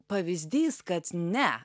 pavyzdys kad ne